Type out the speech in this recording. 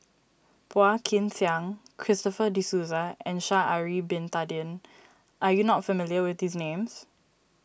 Phua Kin Siang Christopher De Souza and Sha'ari Bin Tadin are you not familiar with these names